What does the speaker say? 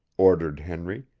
ordered henry,